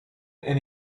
and